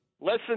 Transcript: Listen